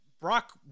Brock